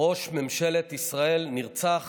ראש ממשלת ישראל, נרצח